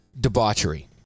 debauchery